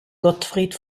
gottfried